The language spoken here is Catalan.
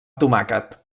tomàquet